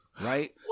right